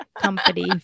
Company